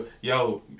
Yo